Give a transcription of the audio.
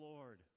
Lord